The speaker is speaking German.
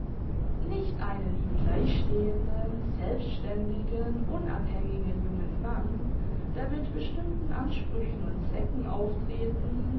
nicht einen ihm gleichstehenden selbstständigen unabhängigen jungen mann der mit bestimmten ansprüchen und zwecken auftretend